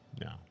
No